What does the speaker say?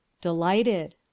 Delighted